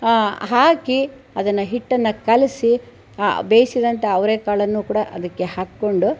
ಆ ಹಾಕಿ ಅದನ್ನು ಹಿಟ್ಟನ್ನು ಕಲಸಿ ಆ ಬೇಯಿಸಿದಂಥ ಆ ಅವರೆಕಾಳನ್ನು ಕೂಡ ಅದಕ್ಕೆ ಹಾಕ್ಕೊಂಡು